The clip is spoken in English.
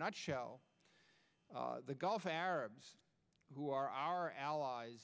nutshell the gulf arabs who are our allies